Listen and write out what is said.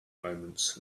moments